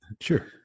sure